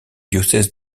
diocèse